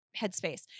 headspace